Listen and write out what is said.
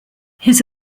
his